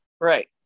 Right